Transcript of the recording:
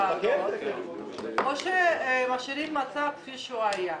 את המצב כפי שהוא היה.